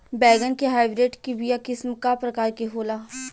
बैगन के हाइब्रिड के बीया किस्म क प्रकार के होला?